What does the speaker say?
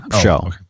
show